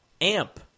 AMP